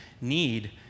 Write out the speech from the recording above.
need